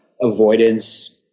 avoidance